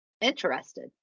interested